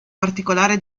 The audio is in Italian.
particolare